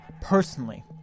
personally